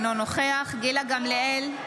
אינו נוכח גילה גמליאל,